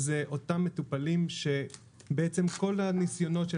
אלה אותם מטופלים שבעצם כל הניסיונות של